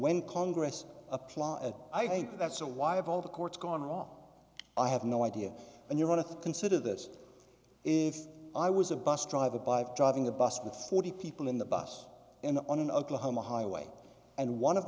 when congress applause i think that's a why of all the court's gone wrong i have no idea and you want to consider this if i was a bus driver by driving a bus with forty people in the bus and on an oklahoma highway and one of